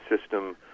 system